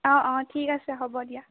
অ অ ঠিক আছে হ'ব দিয়া